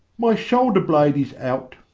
my shoulder blade is out.